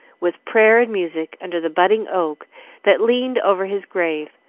with prayer and music, under the budding oak that leaned over his grave,